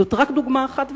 זאת רק דוגמה אחת,